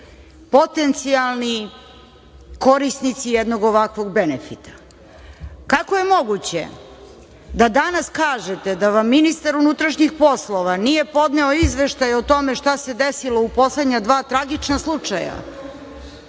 potencijalni korisnici jednog ovakvog benefita? Kako je moguće da danas kažete da vam ministar MUP nije podneo izveštaj o tome šta se desilo u poslednja dva tragična slučaja?